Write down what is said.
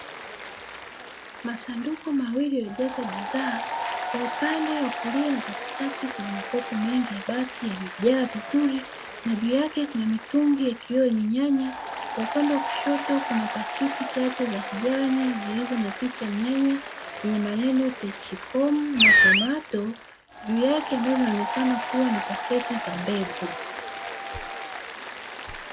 Masanduku mawili yaliyojazwa bidhaa kwa upande wa kulia na katikati kuna makopo mengi ya bati yaliyojaa vizuri na juu yake kuna mitungi ya kioo ya nyanya, kwa upande wa kushoto kuna pakiti chache za kijani zilizo na picha ya nyanya yenye maneno "techikomu" na tomato juu yake ambayo inaonekana kuwa ni pakiti za mbegu.